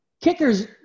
kickers –